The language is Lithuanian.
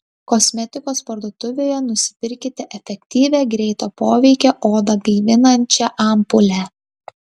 kosmetikos parduotuvėje nusipirkite efektyvią greito poveikio odą gaivinančią ampulę